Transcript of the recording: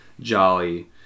jolly